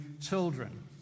children